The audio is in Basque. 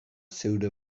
zeure